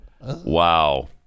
Wow